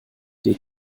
die